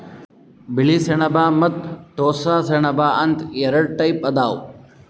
ಬಿಳಿ ಸೆಣಬ ಮತ್ತ್ ಟೋಸ್ಸ ಸೆಣಬ ಅಂತ್ ಎರಡ ಟೈಪ್ ಅದಾವ್